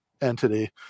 entity